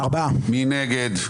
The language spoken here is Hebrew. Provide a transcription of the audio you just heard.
מי נגד?